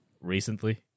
Recently